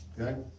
Okay